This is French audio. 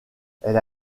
elle